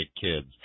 kids